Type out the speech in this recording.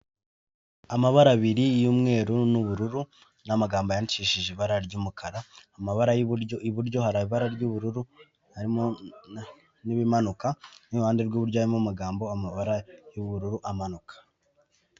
Amabara abiri y'mweru n'ubururu n'amagambo yandishije ibara ry'umukara, amabara y'buryo iburyo hari ibara ry'ubururu harimo n'ibimanuka n'iruhande rw'iburyo harimo amagambo amabara y'ubururu amanuka.